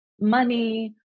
Money